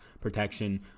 protection